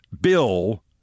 Bill